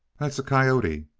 that's a coyote.